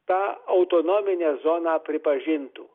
tą autonominę zoną pripažintų